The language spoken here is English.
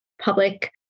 public